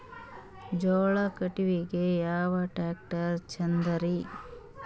ಜೋಳ ಕಟಾವಿಗಿ ಯಾ ಟ್ಯ್ರಾಕ್ಟರ ಛಂದದರಿ?